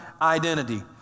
identity